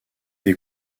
des